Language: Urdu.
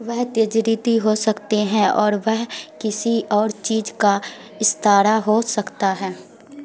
وہ تجریدی ہو سکتے ہیں اور وہ کسی اور چیز کا استعارہ ہو سکتا ہے